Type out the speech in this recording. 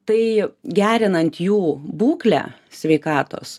tai gerinant jų būklę sveikatos